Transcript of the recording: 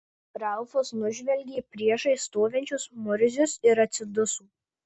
ralfas nužvelgė priešais stovinčius murzius ir atsiduso